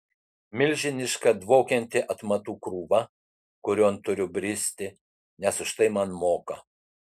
milžiniška dvokianti atmatų krūva kurion turiu bristi nes už tai man moka